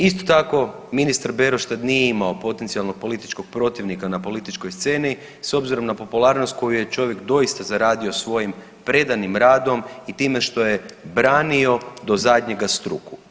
Isto tako, ministar Beroš tad nije imao potencijalnog političkog protivnika na političkoj sceni, s obzirom na popularnost koju je čovjek doista zaradio svojim predanim radom i time što je branio do zadnjega struku.